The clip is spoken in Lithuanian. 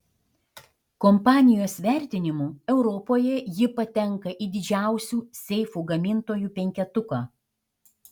kompanijos vertinimu europoje ji patenka į didžiausių seifų gamintojų penketuką